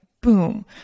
boom